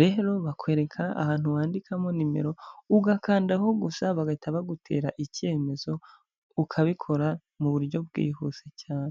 rero bakwereka ahantu wandikamo nimero ugakandaho gusa, bagahita bagutera icyemezo ukabikora mu buryo bwihuse cyane.